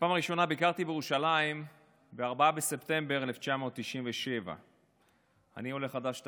בפעם הראשונה ביקרתי בירושלים ב-4 בספטמבר 1997. אני עולה חדש טרי,